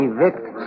Evict